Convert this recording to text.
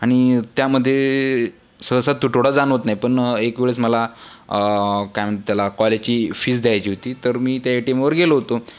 आणि त्यामधे सहसा तुटवडा जाणवत नाही पण एक वेळेस मला काय म्हणता त्याला कॉलेजची फीज द्यायची होती तर मी त्या ए टी एमवर गेलो होतो